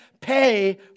pay